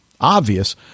obvious